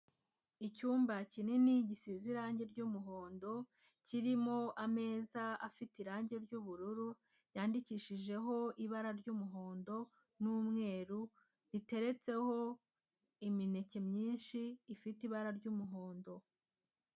Icyumba kinini gisize irangi ry'umuhondo, kirimo ameza afite irangi ry'ubururu, yandikishijeho ibara ry'umuhondo n'umweru, riteretseho imineke myinshi ifite ibara ry'umuhondo.